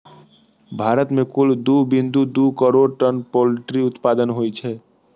भारत मे कुल दू बिंदु दू करोड़ टन पोल्ट्री उत्पादन होइ छै